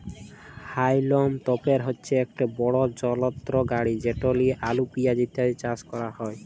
হাউলম তপের হছে ইকট বড় যলত্র গাড়ি যেট লিঁয়ে আলু পিয়াঁজ ইত্যাদি চাষ ক্যরা হ্যয়